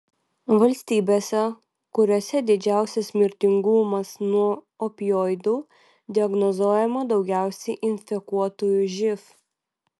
valstybėse kuriose didžiausias mirtingumas nuo opioidų diagnozuojama daugiausiai infekuotųjų živ